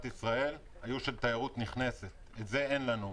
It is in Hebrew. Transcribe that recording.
ישראל היו של תיירות נכנסת ואת זה אין לנו.